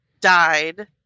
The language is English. died